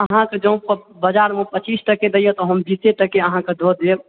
अहाँकऽ जौ बजारमे पचीस टके दैए तऽ हम बीसे टके अहाँ कऽ दऽ देब